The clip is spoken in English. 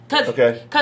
Okay